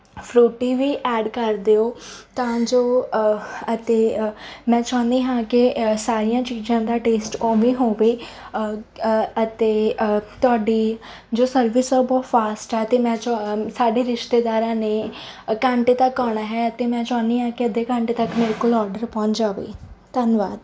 Frooti ਵੀ add ਕਰ ਦਿਓ ਤਾਂ ਜੋ ਅਤੇ ਮੈਂ ਚਾਹੁੰਨੀ ਹਾਂ ਕਿ ਸਾਰੀਆਂ ਚੀਜ਼ਾਂ ਦਾ ਟੇਸਟ ਉਵੇਂ ਹੋਵੇ ਅਤੇ ਤੁਹਾਡੀ ਜੋ ਸਰਵਿਸ ਆ ਉਹ ਬਹੁਤ ਫਾਸਟ ਆ ਅਤੇ ਮੈਂ ਚ ਸਾਡੇ ਰਿਸ਼ਤੇਦਾਰਾਂ ਨੇ ਘੰਟੇ ਤੱਕ ਆਉਣਾ ਹੈ ਅਤੇ ਮੈਂ ਚਾਹੁੰਦੀ ਹਾਂ ਕਿ ਅੱਧੇ ਘੰਟੇ ਤੱਕ ਮੇਰੇ ਕੋਲ ਔਡਰ ਪਹੁੰਚ ਜਾਵੇ ਧੰਨਵਾਦ